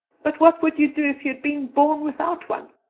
but what would you do if you had been born without one?